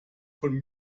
von